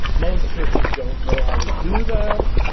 most churches don't know how to do that,